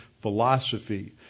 philosophy